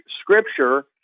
Scripture